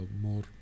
more